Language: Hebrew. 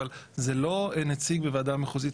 אבל זה לא נציג במועצה הארצית,